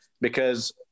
Because-